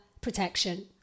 protection